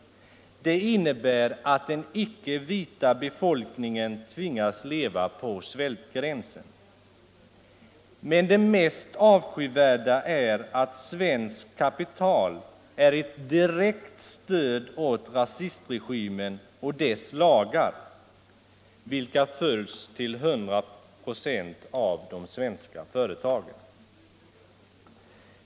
Det innebär att den icke vita befolkningen tvingas leva på svältgränsen. Men det mest avskyvärda är att svenskt kapital är ett direkt stöd åt rasistregimen och dess lagar, vilka följs till 100 96 av de svenska företagen.